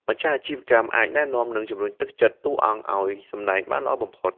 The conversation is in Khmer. ម្ចាស់អាជីវកម្មអាចណែនាំ និងជំរុញទឹកចិត្តតួអង្គឲ្យសម្ដែងបានល្អបំផុត។